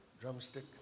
drumstick